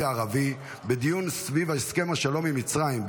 ערבי בדיון סביב הסכם השלום עם מצרים.